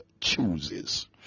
chooses